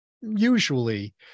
usually